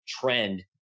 trend